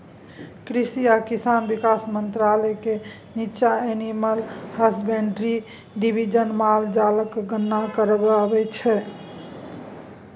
कृषि आ किसान बिकास मंत्रालय केर नीच्चाँ एनिमल हसबेंड्री डिबीजन माल जालक गणना कराबै छै